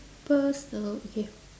personal uh okay